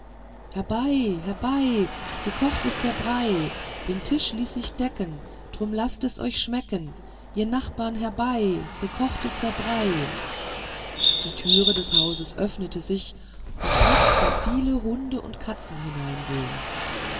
herbei herbei gekocht ist der brei den tisch ließ ich decken drum laßt es euch schmecken ihr nachbarn herbei gekocht ist der brei die türe des hauses öffnete sich und muck sah viele hunde und katzen hineingehen